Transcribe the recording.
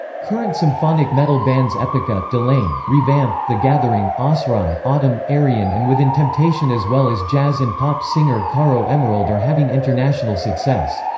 current symphonic metal bands epica, delain, revamp, the gathering, asrai, autumn, ayreon and within temptation as well as jazz and pop singer caro emerald are having international success.